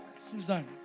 Susan